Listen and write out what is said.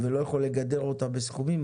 ולא יכול לגדר אותה בסכומים,